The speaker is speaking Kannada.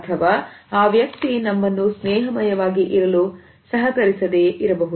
ಅಥವಾ ಆ ವ್ಯಕ್ತಿ ನಮ್ಮನ್ನು ಸ್ನೇಹಮಯವಾಗಿ ಇರಲು ಸಹಕರಿಸದೆ ಇರಬಹುದು